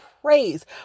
praise